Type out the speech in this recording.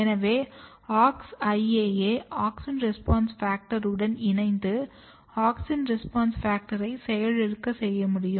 எனவே AuxIAA AUXIN RESPONSE FACTOR உடன் இணைந்து AUXIN RESPONSE FACTOR ஐ செயலிழக்க செய்யமுடியும்